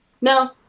No